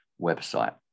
website